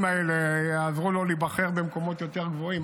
האלה יעזרו לו להיבחר במקומות יותר גבוהים,